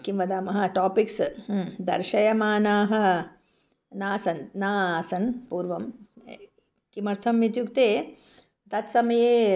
किं वदामः टापिक्स् दर्शयमानाः नासन् न आसन् पूर्वं किमर्थम् इत्युक्ते तत्समये